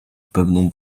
pewną